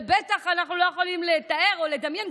ובטח אנחנו לא יכולים לתאר או לדמיין,